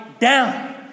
down